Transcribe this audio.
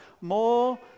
more